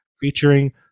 featuring